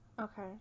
Okay